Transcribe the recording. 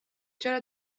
چرا